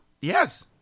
Yes